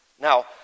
Now